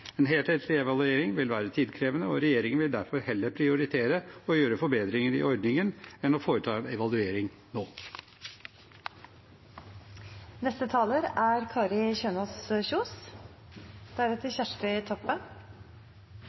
vil være tidkrevende, og regjeringen vil derfor heller prioritere å gjøre forbedringer i ordningen enn å foreta en evaluering nå. Fremskrittspartiet er